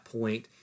point